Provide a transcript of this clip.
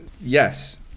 Yes